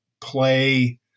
play